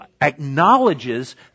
acknowledges